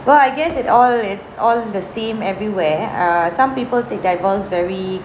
well I guess it all it's all the same everywhere err some people take divorce very